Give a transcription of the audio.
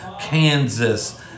Kansas